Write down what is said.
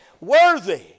worthy